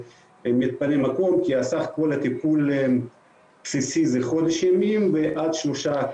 מתפנה מקום כי סך כל הטיפול הבסיסי הוא חודש ימים ועד שלושה חודשים.